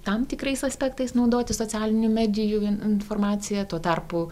tam tikrais aspektais naudotis socialinių medijų in informacija tuo tarpu